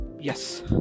yes